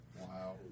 Wow